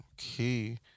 okay